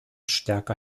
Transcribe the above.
stärker